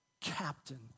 captain